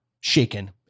shaken